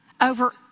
over